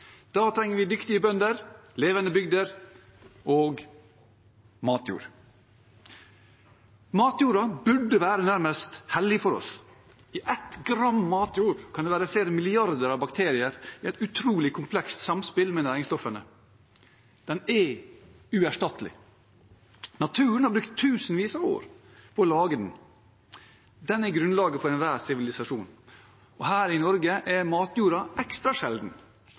Da trenger vi dyktige bønder, levende bygder og matjord. Matjorda burde være nærmest hellig for oss. I ett gram matjord kan det være flere milliarder av bakterier i et utrolig komplekst samspill med næringsstoffene. Den er uerstattelig. Naturen har brukt tusenvis av år på å lage den. Den er grunnlaget for enhver sivilisasjon. Her i Norge er matjorda ekstra sjelden,